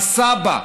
הסבא.